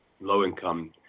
low-income